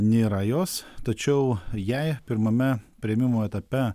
nėra jos tačiau jei pirmame priėmimo etape